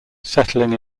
settling